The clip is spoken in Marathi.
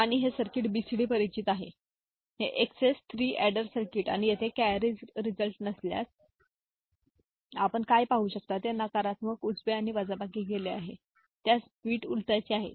आणि हे सर्किट बीसीडी परिचित आहे हे एक्सएस 3 अॅडर सर्किट आणि येथे कॅरी रिझल्ट नसल्यास कॅरी नसल्यास आपण काय पाहू शकता ते नकारात्मक उजवे आणि वजाबाकी केले आहे आणि त्यास बिट उलटायचे आहे